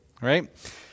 right